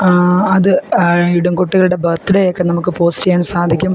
അത് ഇടും കുട്ടികളുടെ ബർത്ത് ഡേയൊക്കെ നമുക്ക് പോസ്റ്റ് ചെയ്യാൻ സാധിക്കും